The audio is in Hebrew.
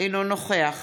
אינו נוכח